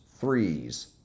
threes